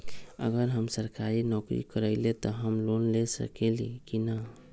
अगर हम सरकारी नौकरी करईले त हम लोन ले सकेली की न?